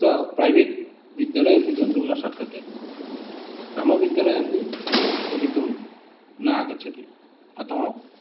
सः प्रैवेट् विद्यालय अपि गन्तुं न शक्यते ग्रामविद्यालये अपि पठितुं न आगच्छति अतः